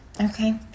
Okay